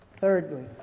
Thirdly